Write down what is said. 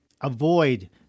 avoid